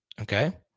Okay